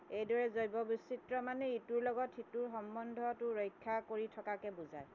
এইদৰে জৈৱ বৈচিত্ৰ মানে ইটোৰ লগত সিটোৰ সম্বন্ধটো ৰক্ষা কৰি থকাকে বুজায়